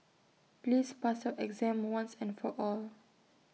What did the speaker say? please pass your exam once and for all